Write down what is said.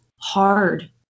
hard